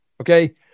Okay